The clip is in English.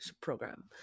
program